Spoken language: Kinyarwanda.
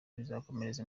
bizakomereza